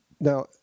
Now